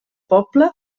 poble